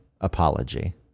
apology